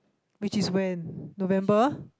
which is when November